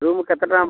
room କେତେ ଟଙ୍କା